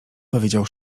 powiedział